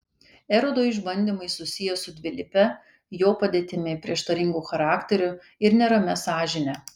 erodo išbandymai susiję su dvilype jo padėtimi prieštaringu charakteriu ir neramia sąžinę